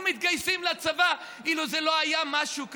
מתגייסים לצבא אילו זה לא היה משהו כפוי,